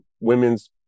women's